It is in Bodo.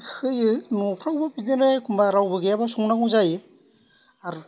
होयो न'फ्रावबो बिदिनो एखम्बा रावबो गैयाबा संनांगौ जायो आरो